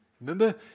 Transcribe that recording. Remember